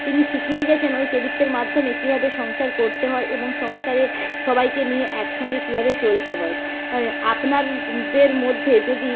তিনি শিখিয়ে গিয়েছেন ওই চরিত্রের মাধ্যমে কীভাবে সংসার করতে হয় এবং সংসারে সবাইকে নিয়ে একসঙ্গে কীভাবে চলতে হয় আপনারদের মধ্যে যদি